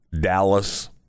Dallas